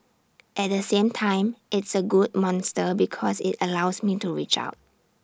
at the same time it's A good monster because IT allows me to reach out